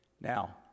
Now